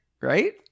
Right